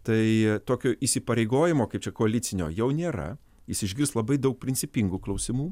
tai tokio įsipareigojimo kaip čia koalicinio jau nėra jis išgirs labai daug principingų klausimų